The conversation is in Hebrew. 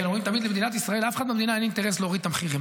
אומרים תמיד שלאף אחד במדינה אין אינטרס להוריד את המחירים,